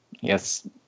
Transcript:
yes